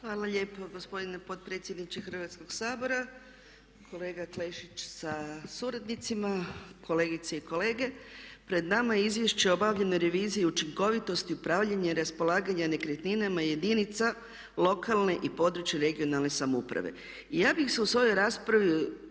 Hvala lijepo gospodine potpredsjedniče Hrvatskoga sabora, kolega Klešić sa suradnicima, kolegice i kolege. Pred nama je Izvješće o obavljenoj reviziji i učinkovitosti upravljanja i raspolaganja nekretninama jedinica lokalne i područne (regionalne) samouprave. I ja bih se u svojoj raspravi skoncentrirala